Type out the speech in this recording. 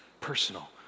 personal